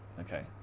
okay